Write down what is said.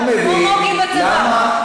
לא מבין למה,